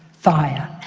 fire,